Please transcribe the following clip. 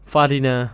Fadina